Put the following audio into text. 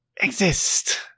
exist